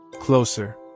Closer